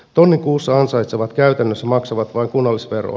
tonnin kuussa ansaitsevat käytännössä maksavat vain kunnallisveroa